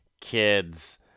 Kids